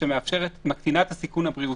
מקבלי שירות),